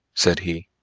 said he.